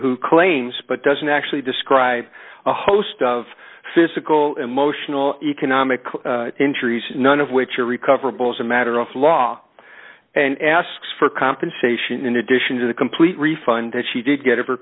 who claims but doesn't actually describe a host of physical emotional economic injuries none of which are recoverable as a matter of law and asks for compensation in addition to the complete refund that she did get